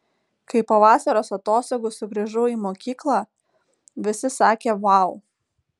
kai po vasaros atostogų sugrįžau į mokyklą visi sakė vau